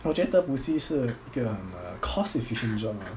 projected 补习是一个 uh cost efficient job ah